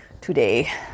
today